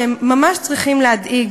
שהם ממש צריכים להדאיג.